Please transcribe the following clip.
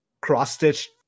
cross-stitched